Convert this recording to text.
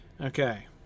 Okay